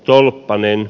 tolppanen